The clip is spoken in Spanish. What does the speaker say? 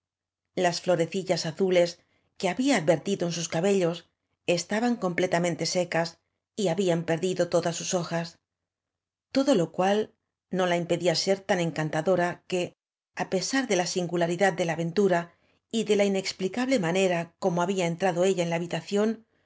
las ñoreoídas azulea que había advertido eu sus ca bellos estaban completamente secas y habían perdido todas sus hojas todo lo cual oo la im pedía ser tan encantadora que á pesar de la singularidad de la aventura y de la inexplicable manera cómo había entrado ella en la habitación